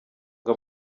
ngo